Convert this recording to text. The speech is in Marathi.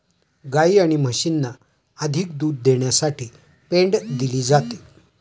गायी आणि म्हशींना अधिक दूध देण्यासाठी पेंड दिली जाते